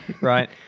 Right